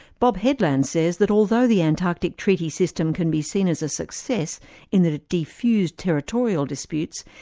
bob headland says that although the antarctic treaty system can be seen as a success in that it defused territorial disputes,